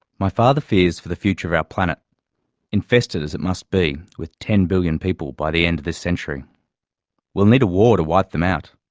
my father fears for the future of our planet infested as it must be with ten billion people by the end of this century. we will need a war to wipe them out,